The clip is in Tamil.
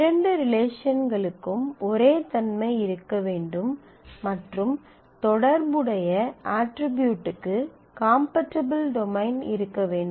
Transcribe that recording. இரண்டு ரிலேஷன்களுக்கும் ஒரே தன்மை இருக்க வேண்டும் மற்றும் தொடர்புடைய அட்ரிபியூட்க்கு காம்பெடிப்பில் டொமைன் இருக்க வேண்டும்